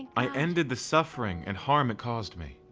i ended the suffering and harm it caused me.